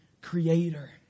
creator